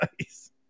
nice